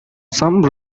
some